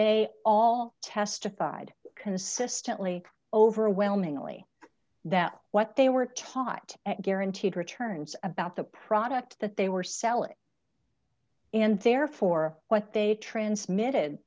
they all testified consistently overwhelmingly that what they were taught at guaranteed returns about the product that they were selling and therefore what they transmitted